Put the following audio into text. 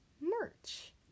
merch